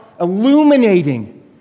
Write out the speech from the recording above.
illuminating